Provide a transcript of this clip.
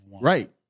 Right